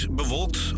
bewolkt